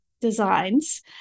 Designs